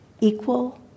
equal